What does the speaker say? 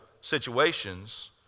situations